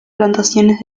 plantaciones